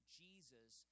jesus